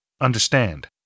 understand